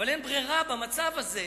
אין ברירה במצב הזה.